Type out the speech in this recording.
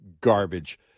garbage